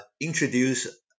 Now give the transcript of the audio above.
introduce